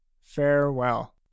Farewell